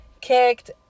kicked